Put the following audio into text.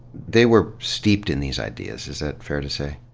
they were steeped in these ideas, is that fa ir to say?